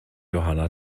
johanna